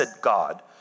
God